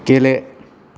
गेले